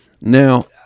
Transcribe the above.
now